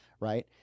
right